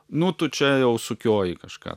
nu tu čia jau sukioji kažką